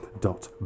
dot